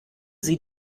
sie